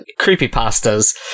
creepypastas